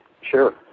Sure